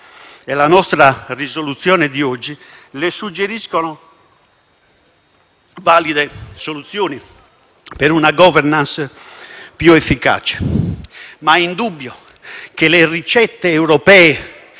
e la nostra risoluzione di oggi le suggeriscono valide soluzioni per una *governance* più efficace. È indubbio però che le ricette europee,